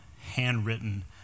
handwritten